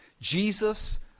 Jesus